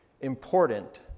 important